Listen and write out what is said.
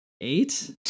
eight